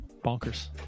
bonkers